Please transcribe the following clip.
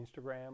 Instagram